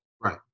Right